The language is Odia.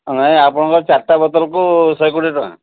ନାଇଁ ଆପଣଙ୍କ ଚାରିଟା ବୋତଲକୁ ଶହେ କୋଡ଼ିଏ ଟଙ୍କା